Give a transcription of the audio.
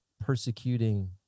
persecuting